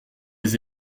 les